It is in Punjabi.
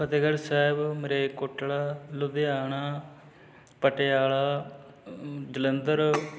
ਫ਼ਤਿਹਗੜ੍ਹ ਸਾਹਿਬ ਮਰੇਲਕੋਟਲਾ ਲੁਧਿਆਣਾ ਪਟਿਆਲਾ ਜਲੰਧਰ